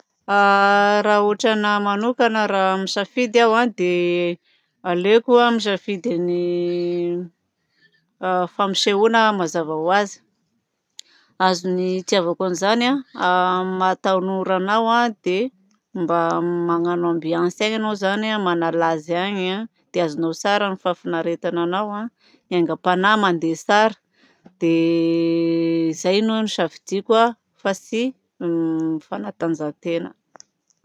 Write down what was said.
Raha ôtranahy manokana raha misafidy aho a dia aleoko misafidy ny fampisehoana mazava ho azy. Azony ny hitiavako an'izany amin'ny maha tanora anao dia mba magnano ambiance any anao zany manala azy agny dia azonao tsara ny fahafinaretana anao dia ny aingam-panahy mandeha tsara. Dia izay no nosafidiako fa tsy fanatanjahan-tena.